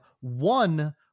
one